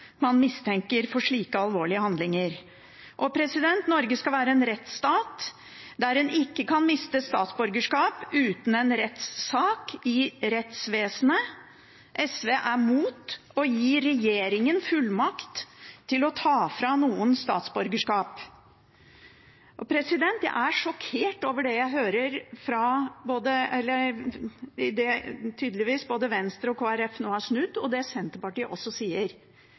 man kontroll på den man mistenker for slike alvorlige handlinger. Norge skal være en rettsstat der en ikke kan miste statsborgerskap uten en rettssak i rettsvesenet. SV er mot å gi regjeringen fullmakt til å ta fra noen statsborgerskap. Jeg er sjokkert over det jeg hører, at både Venstre og Kristelig Folkeparti tydeligvis har snudd, og over det Senterpartiet også sier.